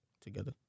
together